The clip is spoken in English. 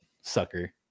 sucker